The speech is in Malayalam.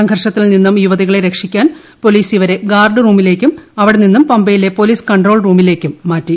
സംഘർഷത്തിൽ നിന്നും യുവതികളെ രക്ഷിക്കാൻ പോലീസ് ഇവരെ ഗാർഡ് റൂമിലേക്കും അവിടെനിന്നും പമ്പയിലെ പോലീസ് കൺട്രോൾ റൂമിലേക്കും മാറ്റി